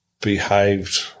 behaved